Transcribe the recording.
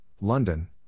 London